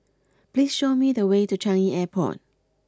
please show me the way to Changi Airport